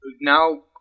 Now